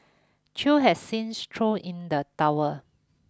chew has since thrown in the towel